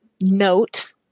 note